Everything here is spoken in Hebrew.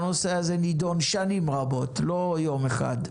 והנושא הזה נידון שנים רבות לא יום אחד,